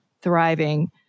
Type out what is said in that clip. thriving